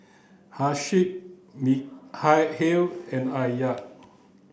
Hasif Mikhail and Alya